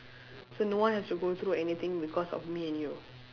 so no one has to go through anything because of me and you